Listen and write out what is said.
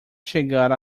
chegar